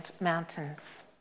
mountains